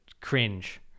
cringe